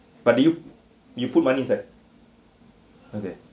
but you you put money inside okay